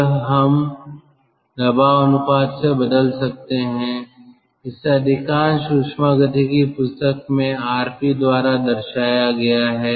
यह हम दबाव अनुपात से बदल सकते हैं इसे अधिकांश ऊष्मागतिकी पुस्तक में rp द्वारा दर्शाया गया है